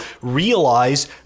realize